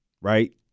right